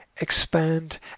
Expand